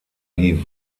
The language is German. die